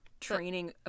training